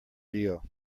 deal